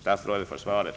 statsrådet för svaret.